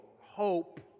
hope